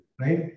right